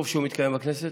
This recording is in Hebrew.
טוב שהוא מתקיים בכנסת.